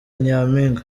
nyampinga